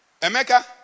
emeka